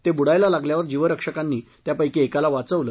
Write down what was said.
ते बुडायला लागल्यावर जीवरक्षकांनी त्यापैकी एकाला वाचवलं